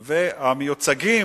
והמיוצגים,